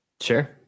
sure